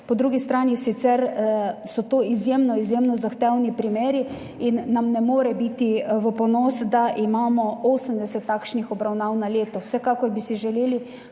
po drugi strani sicer so to izjemno, izjemno zahtevni primeri in nam ne more biti v ponos, da imamo 80 takšnih obravnav na leto. Vsekakor bi si vsi